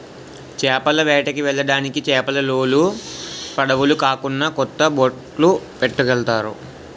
చేపల వేటకి వెళ్ళడానికి చేపలోలు పడవులు కాకున్నా కొత్త బొట్లు పట్టుకెళ్తారు